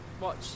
watch